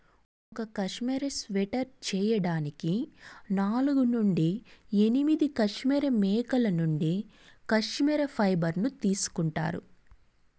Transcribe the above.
ఒక cashmere sweater చేయడానికి నాలుగు నుండి ఎనిమిది కష్మెరె మేకల నుండి కష్మెరె ఫైబర్ ను తీసుకుంటారు